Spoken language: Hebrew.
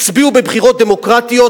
הצביעו בבחירות דמוקרטיות,